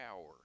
hour